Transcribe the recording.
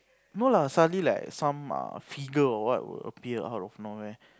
no lah suddenly like some uh figure or what will appear out of nowhere